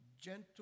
gentle